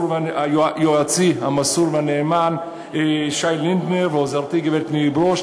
יועצי המסור והנאמן שי לינדנר ועוזרתי הגברת מירי ברוש.